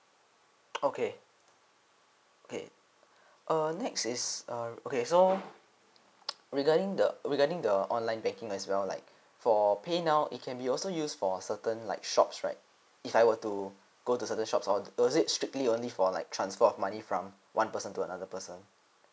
okay okay err next is uh okay so regarding the regarding the online baking as well like for paynow it can be also used for certain like shops right if I were to go to certain shops or was it strictly only for like transfer of money from one person to another person